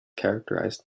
characterised